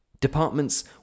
Departments